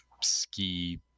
ski